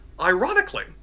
Ironically